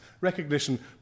Recognition